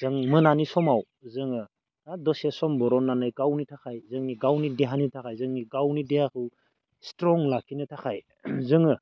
जों मोनानि समाव जोङो बा दसे सम बरननानै गावनि थाखाय जोंनि गावनि देहानि थाखाय जोंनि गावनि देहाखौ स्ट्रं लाखिनो थाखाय जोङो